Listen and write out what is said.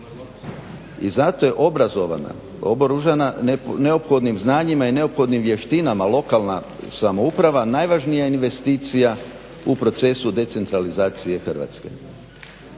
I zato je obrazovana, oboružana neophodnim znanjima i neophodnim vještinama lokalna samouprava najvažnija investicija u procesu decentralizacije Hrvatske.